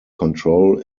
control